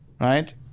Right